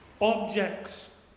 objects